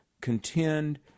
contend